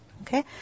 okay